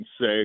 say